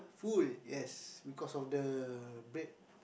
full yes because of the bread